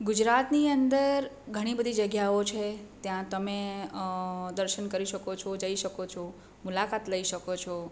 ગુજરાતની અંદર ઘણી બધી જગ્યાઓ છે ત્યાં તમે દર્શન કરી શકો છો જઈ શકો છો મુલાકાત લઈ શકો છો